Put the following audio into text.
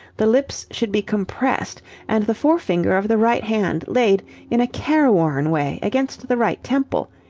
the lips should be compressed and the forefinger of the right hand laid in a careworn way against the right temple.